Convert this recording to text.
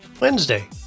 Wednesday